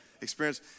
experience